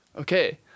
Okay